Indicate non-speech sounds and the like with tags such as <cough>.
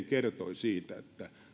<unintelligible> kertoi siitä että